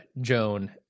Joan